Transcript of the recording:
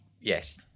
yes